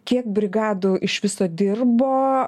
kiek brigadų iš viso dirbo